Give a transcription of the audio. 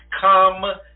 come